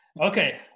okay